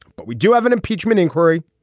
but we do have an impeachment inquiry.